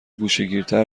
گوشهگیرتر